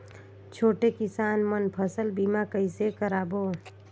छोटे किसान मन फसल बीमा कइसे कराबो?